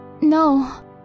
no